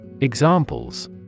Examples